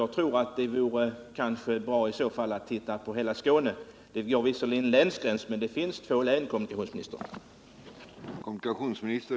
Jag tror, som sagt, att det skulle vara bra om kommunikationsministern tittade på förhållandena i hela Skåne. Det går visserligen en länsgräns där, men även länet öster om länsgränsen har rätt till uppmärksamhet från statsmakternas sida, fru kommunikationsminister.